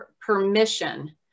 permission